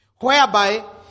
whereby